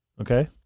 Okay